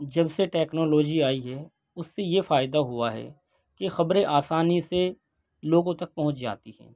جب سے ٹیکنالوجی آئی ہے اس سے یہ فائدہ ہوا ہے کہ خبریں آسانی سے لوگوں تک پہنچ جاتی ہیں